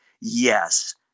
yes